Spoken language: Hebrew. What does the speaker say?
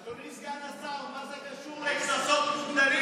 אדוני סגן השר, מה זה קשור לקנסות מוגדלים?